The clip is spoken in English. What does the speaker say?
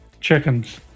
Chickens